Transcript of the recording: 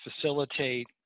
facilitate